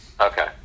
Okay